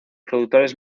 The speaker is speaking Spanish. productores